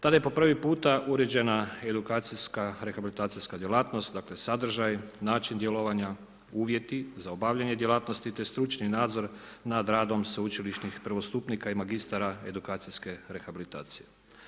Tada je po prvi puta uređena edukacijska rehabilitacijska djelatnost dakle, sadržaj, način djelovanja, uvjeti za obavljanje djelatnosti te stručni nadzor nad radom sveučilišnim prvostupnika i magistara edukacijske rehabilitacije.